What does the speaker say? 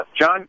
John